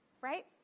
right